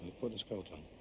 put this coat on.